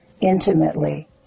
intimately